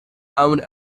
own